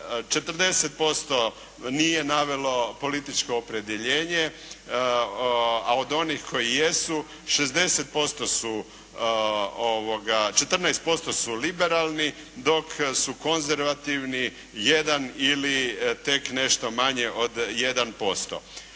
40% nije navelo političko opredjeljenje, a od onih koji jesu 60% su, 14% su liberalni, dok su konzervativni 1 ili tek nešto manje od 1%.